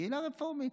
קהילה רפורמית.